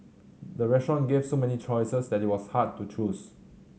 the restaurant gave so many choices that it was hard to choose